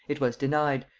it was denied,